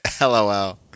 LOL